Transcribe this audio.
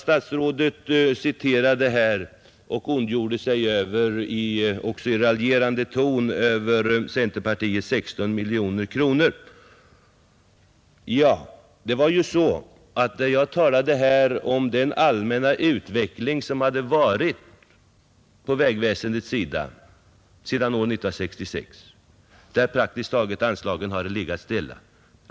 Statsrådet citerade och ondgjorde sig, också i raljerande ton, över centerpartiets 16 miljoner kronor. Men jag själv talade här om den allmänna utvecklingen som hade varit på vägväsendets område sedan år 1966, då anslagen praktiskt taget legat helt stilla.